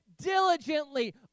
Diligently